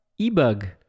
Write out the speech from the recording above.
ebug